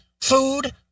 food